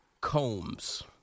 Combs